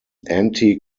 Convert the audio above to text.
anti